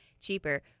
cheaper